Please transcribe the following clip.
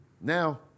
Now